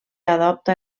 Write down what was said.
adopta